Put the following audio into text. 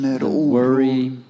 Worry